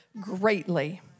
greatly